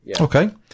Okay